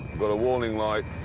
got a warning light.